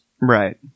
Right